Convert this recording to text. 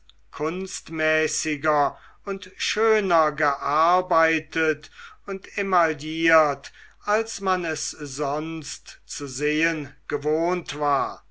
kunstmäßiger und schöner gearbeitet und emailliert als man es sonst zu sehen gewohnt war